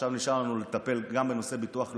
עכשיו נשאר לנו לטפל גם בנושא ביטוח לאומי.